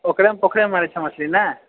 ओकरे पोखरिमे मारै छिऐ मछली ने